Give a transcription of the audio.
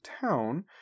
town